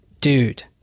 dude